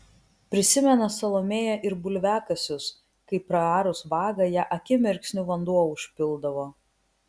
prisimena salomėja ir bulviakasius kai praarus vagą ją akimirksniu vanduo užpildavo